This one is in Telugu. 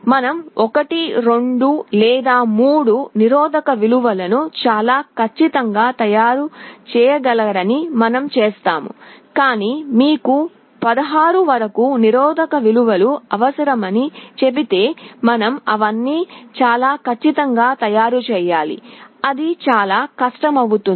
మనం 1 2 లేదా 3 నిరోధక విలువలను చాలా ఖచ్చితంగా తయారు చేయగలరని మనం చూస్తాము కాని మీకు 16 వేర్వేరు నిరోధక విలువలు అవసరమని చెబితే మనం అవన్నీ చాలా కచ్చితంగా తయారు చేయాలి అది చాలా కష్టమవుతుంది